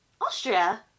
Austria